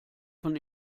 von